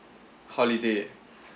holiday